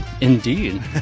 Indeed